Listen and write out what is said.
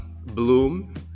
Bloom